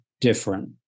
different